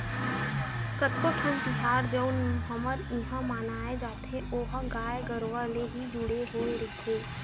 कतको ठन तिहार जउन हमर इहाँ मनाए जाथे ओहा गाय गरुवा ले ही जुड़े होय रहिथे